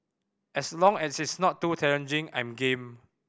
as long as it's not too challenging I'm game